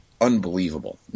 unbelievable